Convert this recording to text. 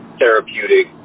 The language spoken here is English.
therapeutic